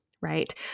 right